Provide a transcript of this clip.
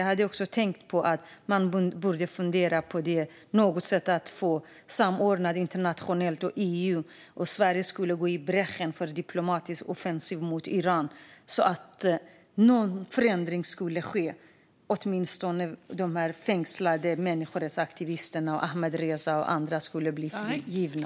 Jag har också tänkt på att man borde fundera på att något sätt att samordna internationellt och inom EU. Sverige skulle kunna gå i bräschen för en diplomatisk offensiv mot Iran så att någon förändring sker och de fängslade människorättsaktivisterna, Ahmadreza och andra, åtminstone blir frigivna.